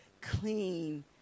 clean